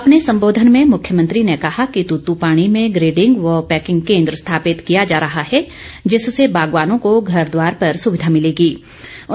अपने सम्बोधन में मुख्यमंत्री ने कहा कि तुत्तूपाणी में ग्रेडिंग वर्ष पैकिंग केन्द्र स्थापित किया जा रहा है जिससे बागवानों को घॅर द्वार पर सुविधा मिर्लेगों